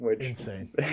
Insane